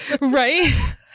Right